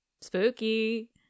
Spooky